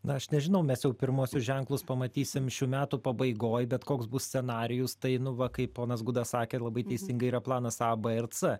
na aš nežinau mes jau pirmuosius ženklus pamatysim šių metų pabaigoj bet koks bus scenarijus tai nu va kaip ponas gudas sakė labai teisingai yra planas a b ir c